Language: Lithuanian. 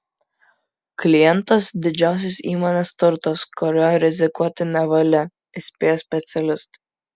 klientas didžiausias įmonės turtas kuriuo rizikuoti nevalia įspėja specialistai